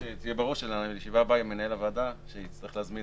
רק שזה יהיה ברור שמנהל הוועדה יצטרך להזמין